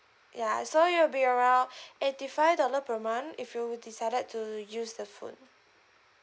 ya so it will be around eighty five dollar per month if you decided to use the phone